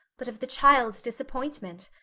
but of the child's disappointment.